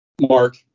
Mark